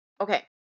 Okay